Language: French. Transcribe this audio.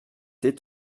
tais